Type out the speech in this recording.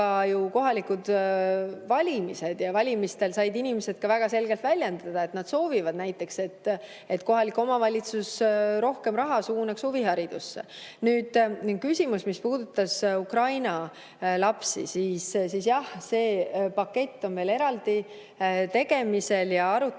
ka kohalikud valimised ja valimistel said inimesed väga selgelt väljendada, et nad soovivad näiteks, et kohalik omavalitsus suunaks rohkem raha huviharidusse. Küsimus, mis puudutas Ukraina lapsi. Jah, see pakett on meil eraldi tegemisel ja arutamisel.